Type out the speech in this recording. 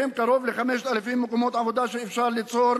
עם קרוב ל-5,000 מקומות עבודה שאפשר ליצור